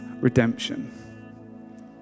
redemption